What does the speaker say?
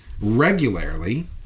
regularly